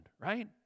right